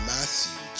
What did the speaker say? Matthew